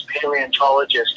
paleontologist